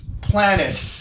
planet